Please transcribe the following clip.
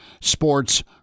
Sports